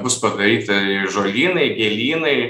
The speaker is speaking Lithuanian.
bus padaryti žolynai gėlynai